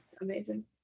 amazing